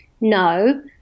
no